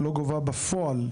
לא גובה בפועל,